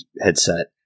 headset